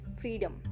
freedom